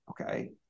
okay